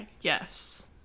Yes